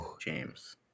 James